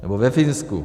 Nebo ve Finsku.